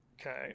okay